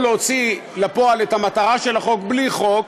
להוציא לפועל את המטרה של החוק בלי חוק,